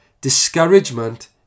discouragement